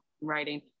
writing